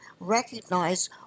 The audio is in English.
Recognize